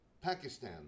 Pakistan